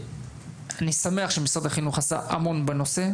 אני שמח שמשרד החינוך עסק המון בנושא,